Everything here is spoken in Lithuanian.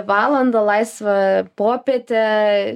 valandą laisvą popietę